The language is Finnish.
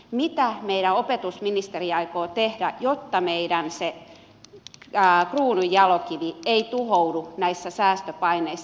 mitä meidän opetusministerimme aikoo tehdä jotta se meidän kruununjalokivi ei tuhoudu näissä säästöpaineissa